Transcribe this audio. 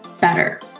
better